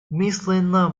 мысленно